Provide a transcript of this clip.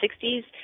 1960s